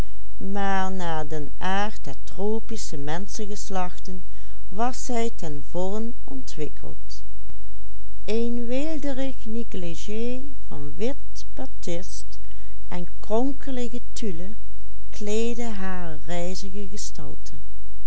ontwikkeld een weelderig négligé van wit batist en kronkelige tule kleedde hare rijzige gestalte